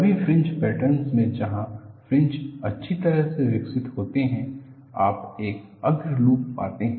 सभी fringe pattern में जहां फ्रिंज अच्छी तरह से विकसित होते हैं आप एक अग्र लूप पाते हैं